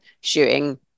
shooting